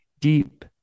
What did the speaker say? deep